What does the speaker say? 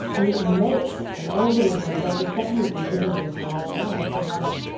and it makes an organism that is definitely visible with the naked eye. it's about.